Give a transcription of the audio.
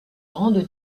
grande